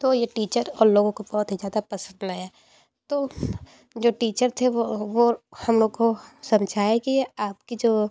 तो यह टीचर और लोगों को बहुत ही ज़्यादा पसंद आया तो जो टीचर थे वो हम लोग को समझाए कि आपकी जो